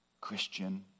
Christian